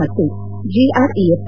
್ ಮತ್ತು ಜಿಆರ್ಇಎಫ್